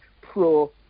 pro